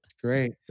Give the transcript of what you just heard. Great